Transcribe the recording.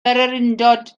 bererindod